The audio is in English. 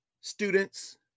students